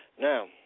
Now